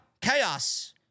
Chaos